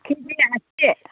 केजि आसि